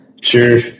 sure